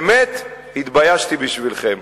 באמת, התביישתי בשבילכם.